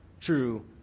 true